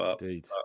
Indeed